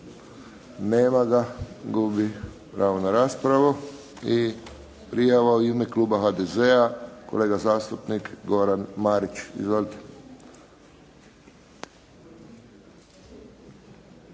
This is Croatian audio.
Nema ga. Gubi pravo na raspravu. I prijava u ime kluba HDZ-a, kolega zastupnik Goran Marić. Izvolite.